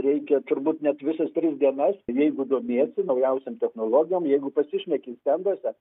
reikia turbūt net visas tris dienas jeigu domiesi naujausiom technologijom jeigu pasišneki stenduose